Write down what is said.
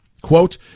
Quote